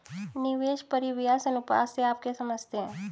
निवेश परिव्यास अनुपात से आप क्या समझते हैं?